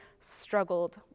struggled